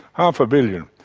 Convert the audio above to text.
half a billion.